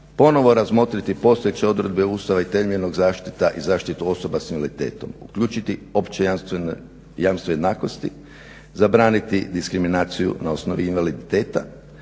Ponovno razmotriti postojeće odredbe Ustava i temeljnu zaštitu, i zaštitu osoba s invaliditetom, uključiti opće jamstvene jednakosti, zabraniti diskriminaciju na osnovi invaliditeta,